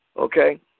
okay